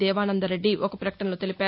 దేవానందరెడ్డి ఒక ప్రపకటనలో తెలిపారు